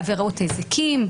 לעבירות נזיקין,